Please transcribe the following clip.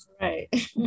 right